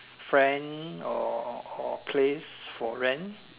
friend or or place for rent